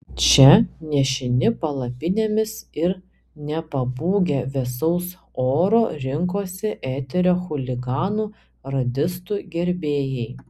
čia nešini palapinėmis ir nepabūgę vėsaus oro rinkosi eterio chuliganų radistų gerbėjai